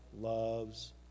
loves